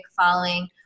following